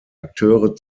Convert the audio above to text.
akteure